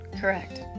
Correct